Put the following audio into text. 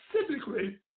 specifically